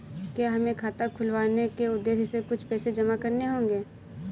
क्या हमें खाता खुलवाने के उद्देश्य से कुछ पैसे जमा करने होंगे?